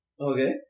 Okay